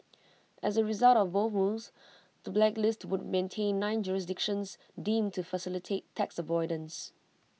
as A result of both moves the blacklist would maintain nine jurisdictions deemed to facilitate tax avoidance